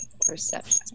Perception